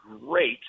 great